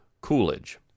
Coolidge